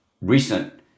recent